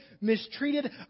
mistreated